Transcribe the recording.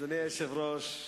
אדוני היושב-ראש,